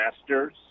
Masters